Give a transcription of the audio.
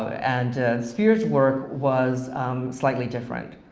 and sphere's work was slightly different.